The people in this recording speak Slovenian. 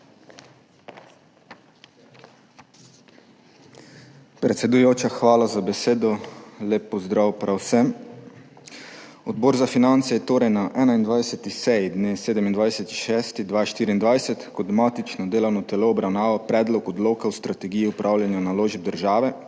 Predsedujoča, hvala za besedo. Lep pozdrav prav vsem! Odbor za finance je torej na 21. seji dne 27. 6. 2024 kot matično delovno telo obravnaval Predlog odloka o strategiji upravljanja naložb države,